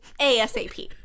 ASAP